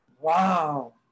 wow